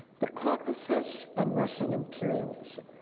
the caucasus and russian imperialism,